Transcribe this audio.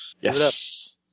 Yes